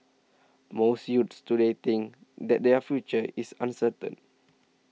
most youths today think that their future is uncertain